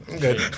good